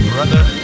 Brother